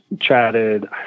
chatted